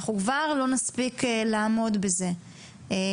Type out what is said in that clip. אנחנו כבר לא נספיק לעמוד בזה ואנחנו